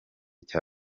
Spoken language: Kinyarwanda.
cya